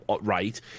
right